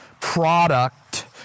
Product